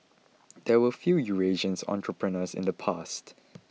there were few Eurasian entrepreneurs in the past